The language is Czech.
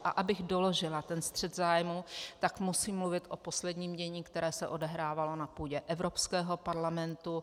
Abych doložila střet zájmů, tak musím mluvit o posledním dění, které se odehrávalo na půdě Evropského parlamentu.